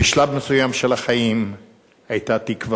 בשלב מסוים של החיים היתה תקווה,